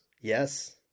Yes